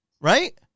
Right